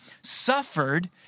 suffered